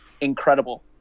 incredible